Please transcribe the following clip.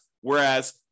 Whereas